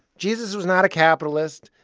jesus was not a capitalist.